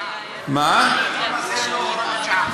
למה זה לא הוראת שעה?